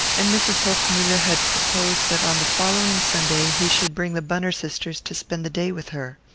and mrs. hochmuller had proposed that on the following sunday he should bring the bunner sisters to spend the day with her.